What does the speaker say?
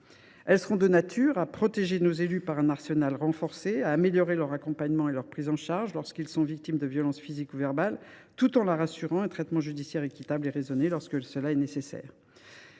Elles seront de nature à protéger nos élus par un arsenal pénal renforcé, à améliorer leur accompagnement et leur prise en charge lorsqu’ils sont victimes de violence physique ou verbale, tout en leur assurant un traitement judiciaire équitable et raisonné lorsque cela est nécessaire.